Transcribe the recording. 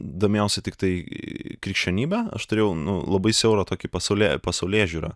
domėjausi tiktai į krikščionybe aš turėjau nu labai siaurą tokį pasaulė pasaulėžiūrą